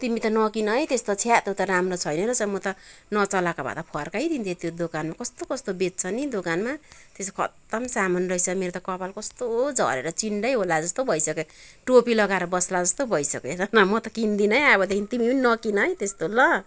तिमी त नकिन है त्यस्तो छ्या त्यो त राम्रो छैन रहेछ म त नचलाएको भा त फर्काइ दिन्थेँ त्यो दोकानमा कस्तो कस्तो बेच्छ नि दोकानमा त्यो चाहिँ खत्तम सामान रहेछ कस्तो झरेर चिन्डै होला जस्तो भइसक्यो टोपी लगाएर बस्ला जस्तो भइसक्यो हेर न म त किन्दिनँ है अबदेखिन् तिमी पनि नकिन है त्यस्तो ल